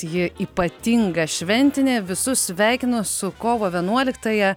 ji ypatinga šventinė visus sveikino su kovo vienuoliktąją